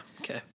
Okay